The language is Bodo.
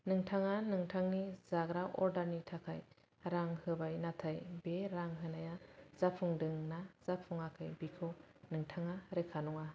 नोंथाङा नोंथांनि जाग्रा अर्डारनि थाखाय रां होबाय नाथाय बे रां होनाया जाफुंदों ना जाफुङाखै बिखौ नोंथाङा रोखा नङा